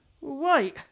Wait